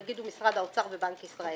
יגידו משרד האוצר ובנק ישראל.